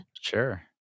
sure